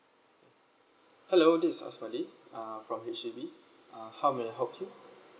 mm hello this is asmadi uh from H_D_B uh how may I help you